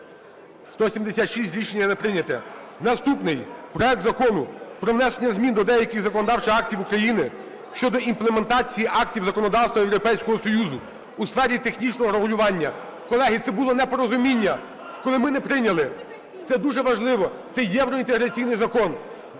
За-176 Рішення не прийнято. Наступний проект Закону про внесення змін до деяких законодавчих актів України щодо імплементації актів законодавства Європейського Союзу у сфері технічного регулювання. Колеги, це було непорозуміння, коли ми не прийняли, це дуже важливо, це євроінтеграційний закон,